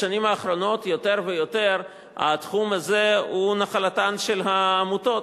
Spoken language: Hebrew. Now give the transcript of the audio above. בשנים האחרונות יותר ויותר התחום הזה הוא נחלתן של העמותות.